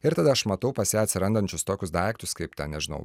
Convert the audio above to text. ir tada aš matau pas ją atsirandančius tokius daiktus kaip ten nežinau